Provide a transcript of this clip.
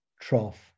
trough